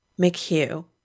McHugh